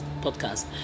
podcast